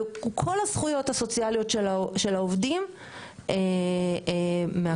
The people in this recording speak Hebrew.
כל הזכויות הסוציאליות של העובדים מהדברים האלה.